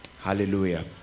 Hallelujah